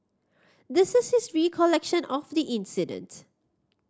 this is his recollection of the incident